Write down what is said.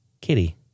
Kitty